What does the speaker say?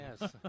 Yes